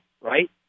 right